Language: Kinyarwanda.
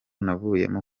navuyemo